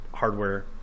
hardware